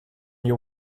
your